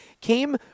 came